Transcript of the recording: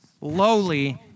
lowly